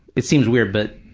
it seems weird, but